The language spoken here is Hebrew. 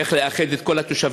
איך לאחד את כל התושבים,